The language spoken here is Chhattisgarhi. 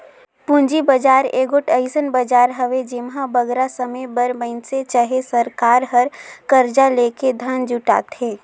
पूंजी बजार एगोट अइसन बजार हवे जेम्हां बगरा समे बर मइनसे चहे सरकार हर करजा लेके धन जुटाथे